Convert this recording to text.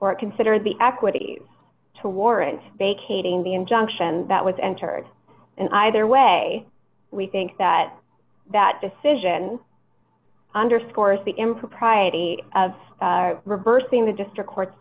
or consider the equities to warrant a k ting the injunction that was entered in either way we think that that decision underscores the impropriety of reversing the district court's